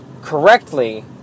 correctly